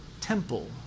temple